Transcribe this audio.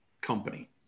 company